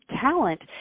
talent